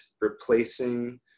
replacing